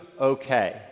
okay